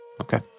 Okay